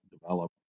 develop